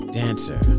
dancer